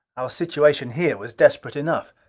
our situation here was desperate enough.